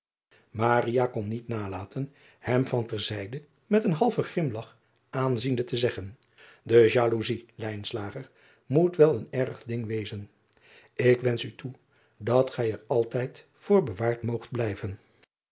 kon niet nalaten hem van ter zijde met een halven grimlach aanziende te zeggen e jaloezij moet wel een erg ding wezen k wensch u toe dat gij er altijd voor bewaard moogt blijven